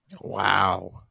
Wow